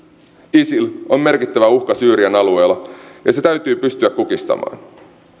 isil on merkittävä uhka syyrian alueella ja se täytyy pystyä kukistamaan